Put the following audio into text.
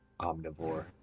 omnivore